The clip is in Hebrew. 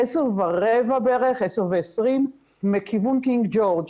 עשר ורבע, עשר ועשרים, מכיוון קינג ג'ורג'